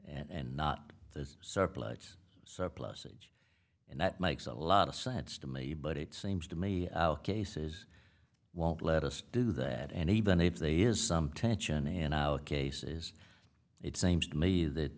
and not the surplus surplusage and that makes a lot of sense to me but it seems to me cases won't let us do that and even if they is some tension in our case is it seems to me that